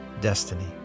destiny